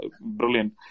brilliant